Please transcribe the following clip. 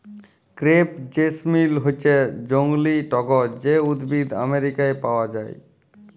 crepe jasmine হচ্যে জংলী টগর যে উদ্ভিদ আমেরিকায় পাওয়া যায়